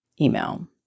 email